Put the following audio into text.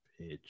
pitch